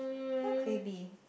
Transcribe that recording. what could it be